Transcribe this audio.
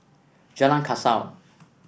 Jalan Kasau